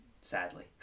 sadly